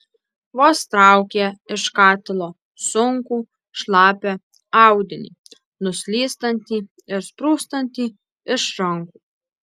vos traukė iš katilo sunkų šlapią audinį nuslystantį ir sprūstantį iš rankų